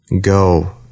Go